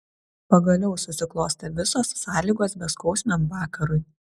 pagaliau susiklostė visos sąlygos beskausmiam vakarui